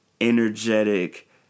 energetic